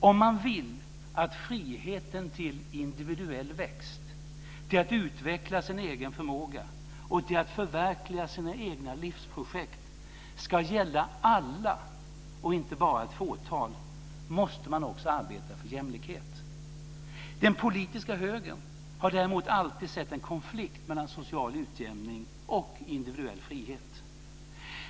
Om man vill att friheten till individuell växt, till att utveckla sin egen förmåga och till att förverkliga sina egna livsprojekt ska gälla alla och inte bara ett fåtal måste man också arbeta för jämlikhet. Den politiska högern har däremot alltid sett en konflikt mellan social utjämning och individuell frihet.